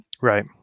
Right